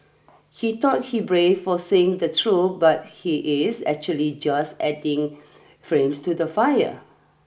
he thought he brave for saying the true but he is actually just adding flames to the fire